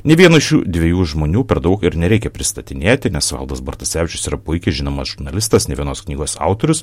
nei vieno iš šių dviejų žmonių per daug ir nereikia pristatinėti nes valdas bartusevičius yra puikiai žinomas žurnalistas ne vienos knygos autorius